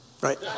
Right